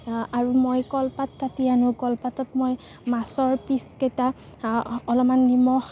আৰু মই কলপাত কাটি আনো কলপাতত মই মাছৰ পিচকেইটা অলপমান নিমখ